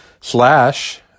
slash